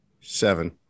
seven